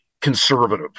conservative